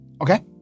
Okay